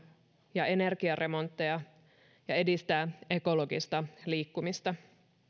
ja energiaremontteja ja edistää ekologista liikkumista